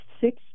Six